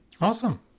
awesome